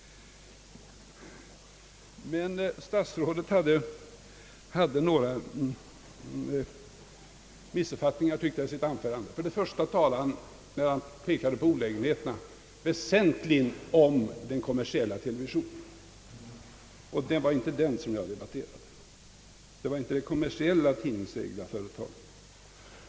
Men jag tyckte att det förekom några missuppfattningar i statsrådets anförande. För det första talade han väsentligen om den kommersiella televisionen när han pekade på olägenheterna; det var dock inte de kommersiella, tidningsägda företagen jag debatterade.